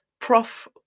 Prof